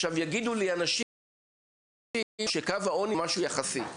עכשיו יגידו לי אנשים שקו העוני זה משהו יחסי,